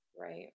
right